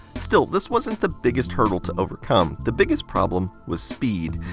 still, this wasn't the biggest hurdle to overcome. the biggest problem was speed.